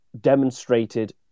demonstrated